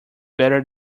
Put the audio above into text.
better